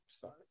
Sorry